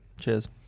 cheers